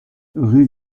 rue